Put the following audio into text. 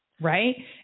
right